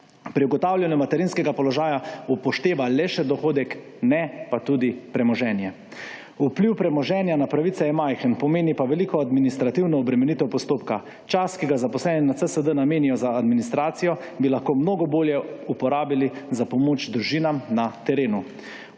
pri ugotavljanju materinskega položaja upošteva le še dohodek, ne pa tudi premoženje. Vpliv premoženja na pravice je majhen, pomeni pa veliko administrativno obremenitev postopka. Čas, ki ga zaposleni na CSD namenijo za administracijo, bi lahko mnogo bolje uporabili za pomoč družinam na terenu.